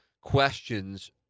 Questions